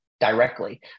directly